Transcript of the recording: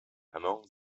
among